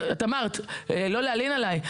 את אמרת לא להלין עלי,